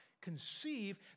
conceive